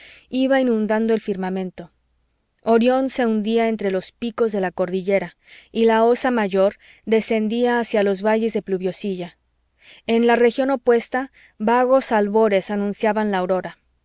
iba inundando el firmamento orión se hundía entre los picos de la cordillera y la osa mayor descendía hacia los valles de pluviosilla en la región opuesta vagos albores anunciaban la aurora